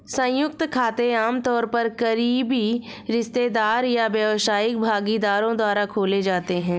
संयुक्त खाते आमतौर पर करीबी रिश्तेदार या व्यावसायिक भागीदारों द्वारा खोले जाते हैं